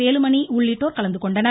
வேலுமணி உள்ளிட்டோர் கலந்துகொண்டனர்